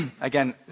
Again